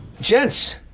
Gents